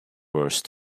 worse